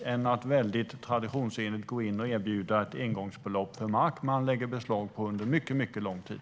Vad kan man göra mer än att traditionsenligt gå in och erbjuda ett engångsbelopp för mark som man lägger beslag på under mycket lång tid?